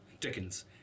Dickens